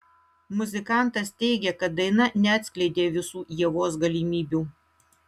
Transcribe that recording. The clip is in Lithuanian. muzikantas teigė kad daina neatskleidė visų ievos galimybių